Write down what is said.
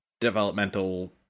developmental